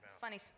funny